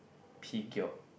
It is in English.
Peugeot